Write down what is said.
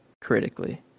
critically